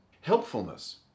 Helpfulness